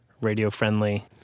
radio-friendly